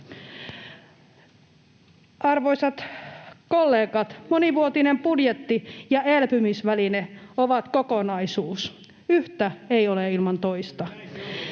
Arvoisat kollegat! Monivuotinen budjetti ja elpymisväline ovat kokonaisuus. Yhtä ei ole ilman toista.